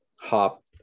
hop